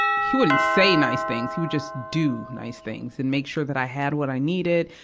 he wouldn't say nice things. he would just do nice things and make sure that i had what i needed,